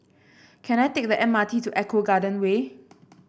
can I take the M R T to Eco Garden Way